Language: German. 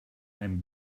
einem